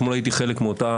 אתמול הייתי חלק מאותה